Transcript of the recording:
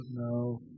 No